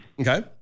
Okay